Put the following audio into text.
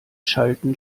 schalten